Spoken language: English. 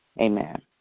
Amen